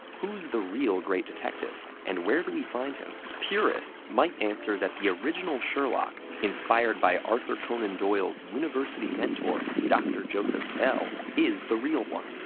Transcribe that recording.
who's the real great detective, and where do we find him? purists might answer that the original sherlock inspired by arthur conan doyle's university mentor dr. joseph bell is the real one.